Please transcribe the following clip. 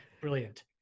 Brilliant